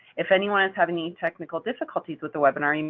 if anyone is having any technical difficulties with the webinar, i mean